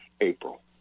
April